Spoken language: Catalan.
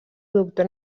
doctor